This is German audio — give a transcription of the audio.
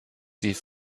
die